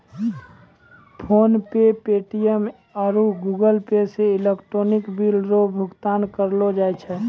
PhonePe Paytm आरु Google Pay से electronic bill रो भुगतान करलो जाय छै